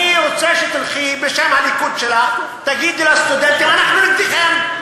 אני רוצה שתלכי בשם הליכוד שלך ותגידי לסטודנטים: אנחנו אתכם.